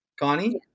Connie